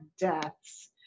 deaths